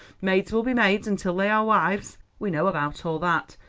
maids will be maids until they are wives. we know about all that,